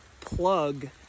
plug